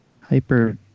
hyper